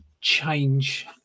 change